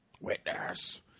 Witness